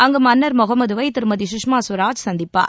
அங்கு மன்னர் மொகமதுவை திருமதி சுஷ்மா ஸ்வராஜ் சந்திப்பார்